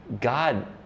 god